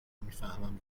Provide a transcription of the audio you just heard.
میفهمم